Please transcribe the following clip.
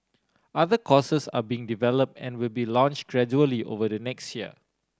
other courses are being develop and will be launch gradually over the next year